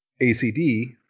ACD